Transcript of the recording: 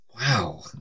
wow